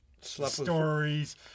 stories